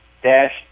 Dash